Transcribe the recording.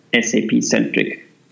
SAP-centric